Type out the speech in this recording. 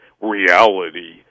reality